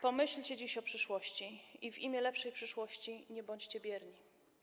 Pomyślcie dziś o przyszłości i w imię lepszej przyszłości nie bądźcie bierni.